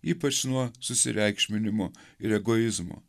ypač nuo susireikšminimo ir egoizmo